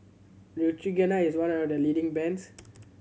Neutrogena is one of the leading brands